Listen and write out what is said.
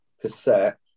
cassette